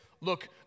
look